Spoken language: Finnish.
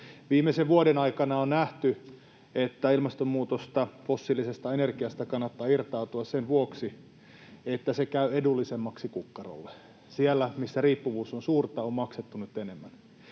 Viimeisen vuoden aikana on nähty, että fossiilisesta energiasta kannattaa irtautua sen vuoksi, että se käy edullisemmaksi kukkarolle. Siellä, missä riippuvuus on suurta, on maksettu nyt enemmän.